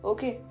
Okay